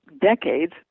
decades